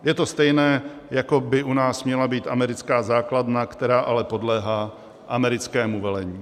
Je to stejné, jako by u nás měla být americká základna, která ale podléhá americkému velení.